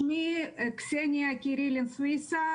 שמי קסניה קירילין סוויסה,